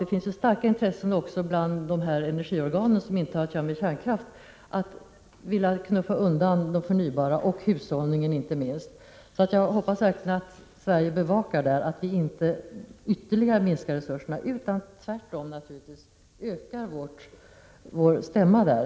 Det finns starka intressen också bland energiorgan som inte har att göra med kärnkraft att knuffa undan de förnybara energikällorna och inte minst energihushållningen. Jag hoppas verkligen att Sverige bevakar denna utveckling och inte ytterligare minskar resurserna utan tvärtom gör sin stämma mera hörd i dessa sammanhang.